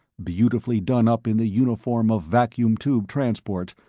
beautifully done up in the uniform of vacuum tube transport,